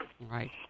Right